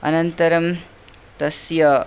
अनन्तरं तस्य